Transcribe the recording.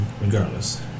regardless